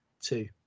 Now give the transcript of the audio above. two